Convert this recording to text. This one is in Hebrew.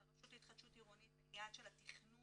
הרשות להתחדשות עירונית בעניין של התכנון